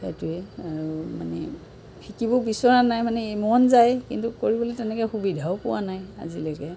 সেইটোৱেই আৰু মানে শিকিব বিচৰা নাই মানে মন যায় কিন্তু কৰিবলৈ তেনেকৈ সুবিধাও পোৱা নাই আজিলৈকে